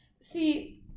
See